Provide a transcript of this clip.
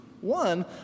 One